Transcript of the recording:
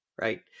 right